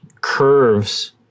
curves